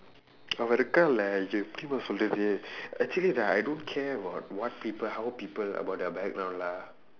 அவ இருக்காலே அது எப்படி தெரியுமா சொல்லுறது:ava irukkaalee athu eppadi theriyumaa sollurathu actually right I don't care about what people how people about their background lah